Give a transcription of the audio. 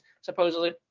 supposedly